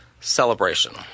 celebration